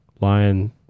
lion